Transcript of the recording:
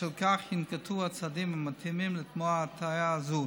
בשל כך, יינקטו הצעדים המתאימים למנוע הטעיה זו